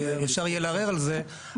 ואפשר יהיה לערר על זה,